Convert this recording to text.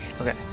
Okay